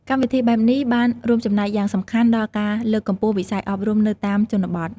កម្មវិធីបែបនេះបានរួមចំណែកយ៉ាងសំខាន់ដល់ការលើកកម្ពស់វិស័យអប់រំនៅតាមជនបទ។